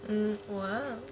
mmhmm !wow!